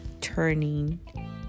turning